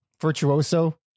virtuoso